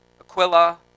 Aquila